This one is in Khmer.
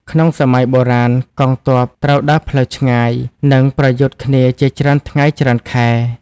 ក្នុងសម័យបុរាណ កងទ័ពត្រូវដើរផ្លូវឆ្ងាយ និងប្រយុទ្ធគ្នាជាច្រើនថ្ងៃច្រើនខែ។